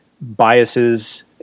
biases